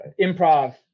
improv